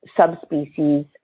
subspecies